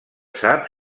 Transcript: sap